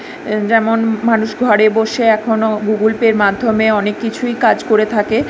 যেমন মানুষ ঘরে বসে এখনও গুগুল পের মাধ্যমে অনেক কিছুই কাজ করে থাকে